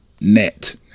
net